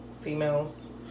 females